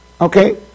okay